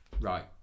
Right